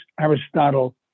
Aristotle